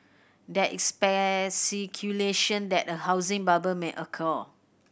there is that a housing bubble may occur